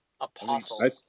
Apostle